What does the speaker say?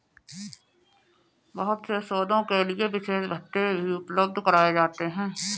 बहुत से शोधों के लिये विशेष भत्ते भी उपलब्ध कराये जाते हैं